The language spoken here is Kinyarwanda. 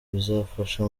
bizafasha